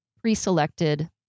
pre-selected